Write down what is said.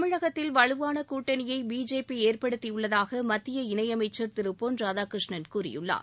தமிழகத்தில் வலுவான கூட்டணியை பிஜேபி ஏற்படுத்தி உள்ளதாக மத்திய இணையமைச்சர் திரு பொன் ராதாகிருஷ்ணன் கூறியுள்ளார்